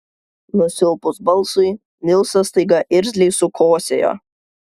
nusilpus balsui nilsas staiga irzliai sukosėjo